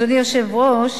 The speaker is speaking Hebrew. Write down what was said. אדוני היושב-ראש,